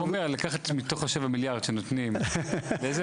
הוא אומר לקחת מתוך השבע מיליארד שנותנים --- הלוואי,